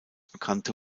bekannte